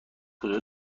کجا